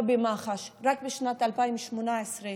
לא נפל בהתנהגות כל פגם ערכי שמונע את